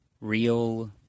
Real